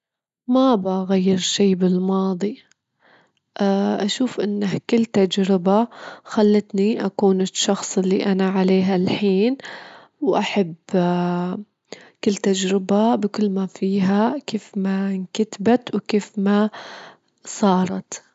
أحب إني أشتغل يوم واحد متلًا يكون ذا اليوم اتناشر ساعة، عشر ساعات، أربعتاشر ساعة، ولا إنه يكون خمس تيام بالأسبوع يعني، عشان أكون موازنة مابين العمل والحياة الشخصية ويكون لي أيام راحة.